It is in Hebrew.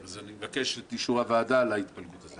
אז אני מבקש את אישור הוועדה להתפלגות הזאת.